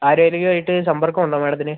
ആരേലുമായിട്ട് സമ്പർക്കമുണ്ടോ മാഡത്തിന്